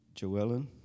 Joellen